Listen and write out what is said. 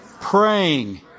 praying